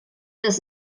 das